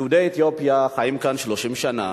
יהודי אתיופיה חיים כאן 30 שנה,